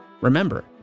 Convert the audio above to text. Remember